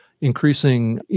increasing